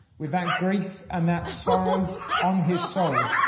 with that grief and that sorrow on his soul,